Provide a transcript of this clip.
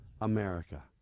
America